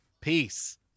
Peace